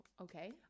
Okay